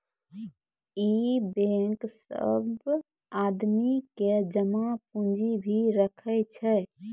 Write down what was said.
इ बेंक सब आदमी के जमा पुन्जी भी राखै छै